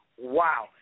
wow